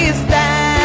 stand